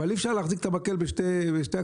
אבל, אי אפשר להחזיק את המקל בשני הקצוות.